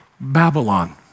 Babylon